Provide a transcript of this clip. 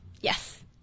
Yes